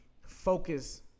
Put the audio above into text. focus